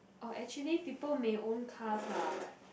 or actually people may own cars lah but